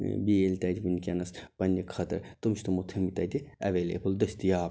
بیٛٲلۍ تتہِ وُنٛکیٚس پَننہِ خٲطر تِم چھِ تِمو تھٲیمٕتۍ تتہِ ایٚویلیبٕل دستیاب